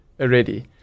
already